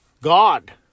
God